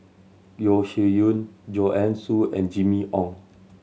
Yeo Shih Yun Joanne Soo and Jimmy Ong